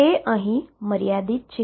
તે અહીં મર્યાદિત છે